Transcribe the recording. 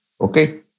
Okay